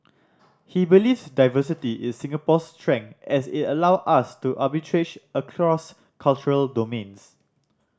he believes diversity is Singapore's strength as it allow us to arbitrage across cultural domains